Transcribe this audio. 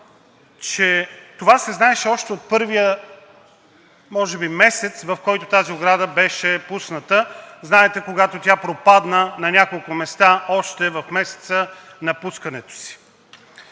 че това се знаеше още от първия месец, може би, в който тази ограда беше пусната. Знаете, когато тя пропадна на няколко места още в месеца на пускането си.